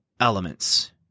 elements